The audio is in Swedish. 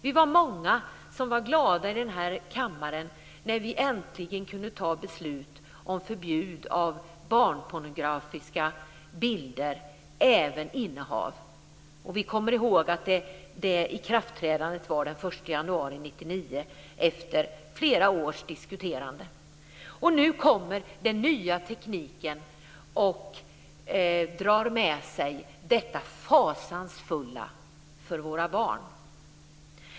Vi var många som var glada i den här kammaren när vi äntligen kunde fatta beslut om förbud mot barnpornografiska bilder; det gäller även innehav. Vi kommer ihåg att ikraftträdandet var den 1 januari 1999 efter flera års diskuterande. Och nu kommer den nya tekniken och drar med sig detta fasansfulla för våra barn.